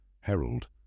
Herald